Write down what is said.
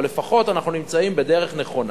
אבל לפחות אנחנו נמצאים בדרך נכונה,